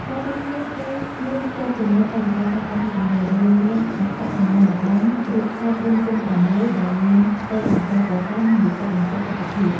ការចុះឈ្មោះត្រូវមានភ្ជាប់ជាមួយឯកសារចាំបាច់មួយចំនួន រួមមានអត្តសញ្ញាណបណ្ណ រូបថត៤x៦ ដែលមាន ផ្ទៃខាងក្រោយពណ៌ស និងលិខិតបញ្ជាក់សុខភាព។